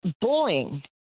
bullying